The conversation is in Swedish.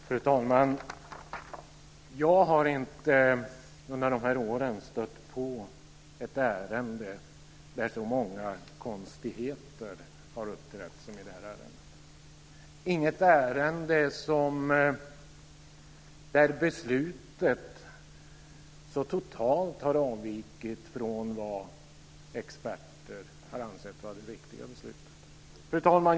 Fru talman! Jag har inte under de här åren stött på ett ärende där så många konstigheter har uppträtt som i det här ärendet, inget ärende där beslutet så totalt har avvikit från vad experter har ansett vara det riktiga beslutet. Fru talman!